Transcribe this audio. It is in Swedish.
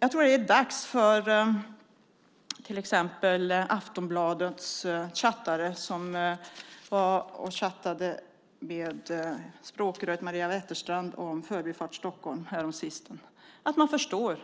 Jag tror att det är dags för till exempel Aftonbladets chattare som har chattat med språkröret Maria Wetterstrand om Förbifart Stockholm häromsistens att förstå